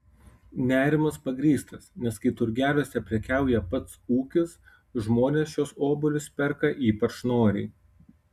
nerimas pagrįstas nes kai turgeliuose prekiauja pats ūkis žmonės šiuos obuolius perka ypač noriai